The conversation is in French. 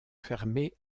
fermée